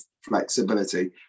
flexibility